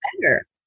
better